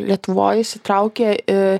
lietuvoj įsitraukė